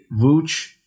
Vooch